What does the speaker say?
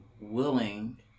willing